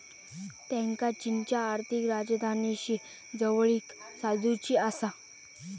त्येंका चीनच्या आर्थिक राजधानीशी जवळीक साधुची आसा